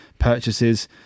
purchases